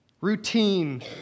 Routine